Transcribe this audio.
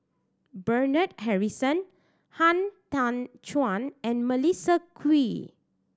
Bernard Harrison Han Tan Juan and Melissa Kwee